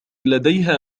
لديها